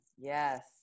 Yes